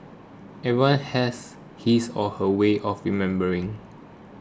everyone has his or her way of remembering